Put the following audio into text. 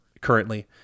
currently